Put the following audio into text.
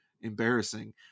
embarrassing